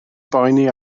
boeni